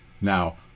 Now